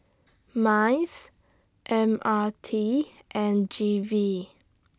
Minds M R T and G V